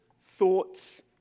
thoughts